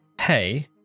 Hey